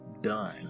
done